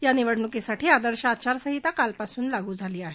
या निवडणुकीसाठी आदर्श आचारसंहिता कालपासून लागू झाली आहे